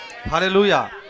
Hallelujah